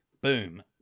boom